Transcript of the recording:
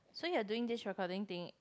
so you're doing this recording thing